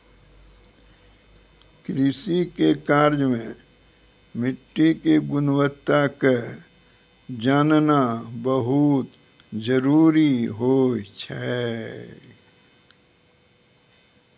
कृषि के कार्य मॅ मिट्टी के गुणवत्ता क जानना बहुत जरूरी होय छै